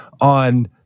on